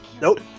Nope